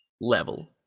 level